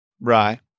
Rye